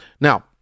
now